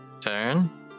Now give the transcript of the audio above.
turn